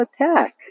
attack